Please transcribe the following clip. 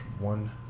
one